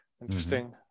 Interesting